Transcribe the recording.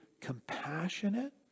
compassionate